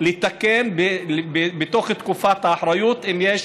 לתקן בתוך תקופת האחריות אם יש